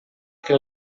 que